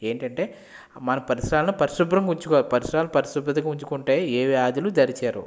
ఏంటి అంటే మన పరిసరాలని పరిశుభ్రంగా ఉంచుకొని పరిసరాలు పరిశుభ్రతంగా ఉంచుకుంటే ఏ వ్యాధులు దరిచేరవు